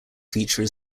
feature